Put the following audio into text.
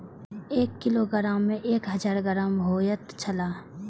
एक किलोग्राम में एक हजार ग्राम होयत छला